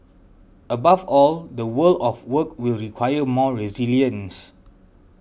above all the world of work will require more resilience